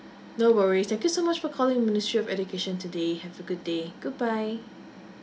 no worries thank you so much for calling ministry of education today have a good day goodbye